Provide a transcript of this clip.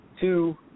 two